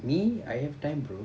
me I have time bro